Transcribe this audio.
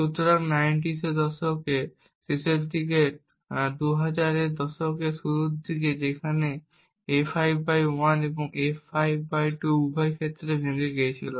সুতরাং এটি 90 এর দশকের শেষের দিকে এবং 2000 এর দশকের শুরুর দিকে যেখানে A51 এবং A52 উভয়ই প্রকৃতপক্ষে ভেঙে গিয়েছিল